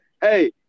Hey